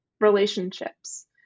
relationships